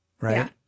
Right